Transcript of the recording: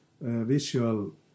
visual